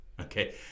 Okay